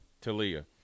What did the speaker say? Talia